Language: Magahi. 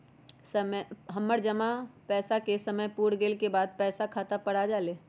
हमर जमा पैसा के समय पुर गेल के बाद पैसा अपने खाता पर आ जाले?